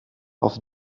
auf